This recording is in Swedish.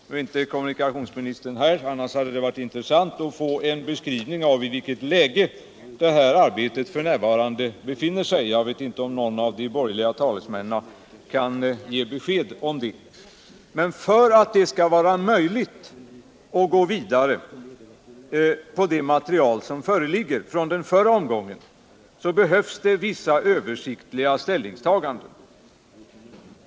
Nu är inte kommunikationsministern här, men annars hade det varit intressant att få hans beskrivning av i vilket läge det här arbetet f. n. befinner sig. Jag vet inte om någon av de borgerliga talesmännen kan ge besked om det. Men för att det skall vara möjligt att gå vidare på det material som föreligger från den förra omgången, så behövs det vissa översiktliga ställningstaganden.